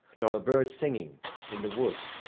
nor a bird singing in the wood,